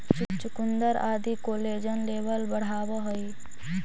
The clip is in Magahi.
चुकुन्दर आदि कोलेजन लेवल बढ़ावऽ हई